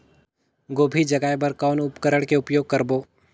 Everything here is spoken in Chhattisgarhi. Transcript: गोभी जगाय बर कौन उपकरण के उपयोग करबो?